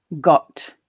got